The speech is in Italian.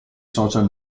social